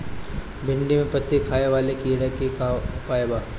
भिन्डी में पत्ति खाये वाले किड़ा के का उपाय बा?